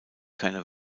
keine